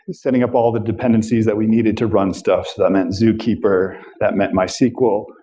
and setting up all the dependencies that we needed to run stuff. so that meant zookeeper, that meant mysql,